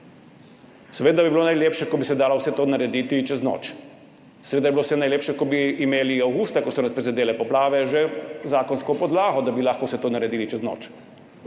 Seveda bi bilo najlepše, ko bi se dalo vse to narediti čez noč. Seveda bi bilo vse najlepše, ko bi imeli avgusta, ko so nas prizadele poplave, že zakonsko podlago, da bi lahko vse to naredili čez noč.